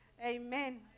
Amen